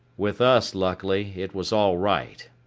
with us, luckily, it was all right.